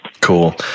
Cool